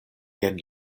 jen